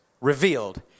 revealed